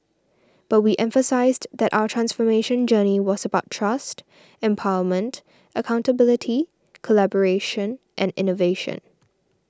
but we emphasised that our transformation journey was about trust empowerment accountability collaboration and innovation